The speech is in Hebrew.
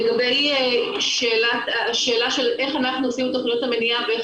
זה לגבי השאלה של איך אנחנו עושים את תוכניות המניעה ואיך